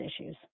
issues